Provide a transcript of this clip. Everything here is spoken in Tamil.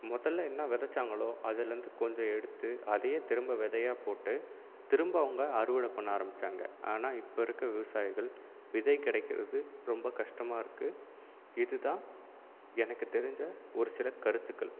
முதலில் என்ன விதைத்தாங்களோ அதுலேருந்து கொஞ்சம் எடுத்து அதையே திரும்ப விதையாக போட்டு திரும்ப அவங்க அறுவடை பண்ண ஆரம்பித்தாங்க ஆனால் இப்போ இருக்கிற விவசாயிகள் விதை கிடைக்குறது ரொம்ப கஷ்டமாக இருக்குது இது தான் எனக்கு தெரிஞ்ச ஒரு சில கருத்துக்கள்